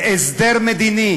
להסדר מדיני